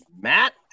Matt